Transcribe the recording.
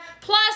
Plus